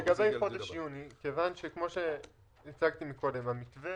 לגבי חודש יוני, כיוון, שכמו שהצגתם קודם, המתווה